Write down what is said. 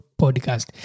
podcast